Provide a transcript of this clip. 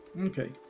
Okay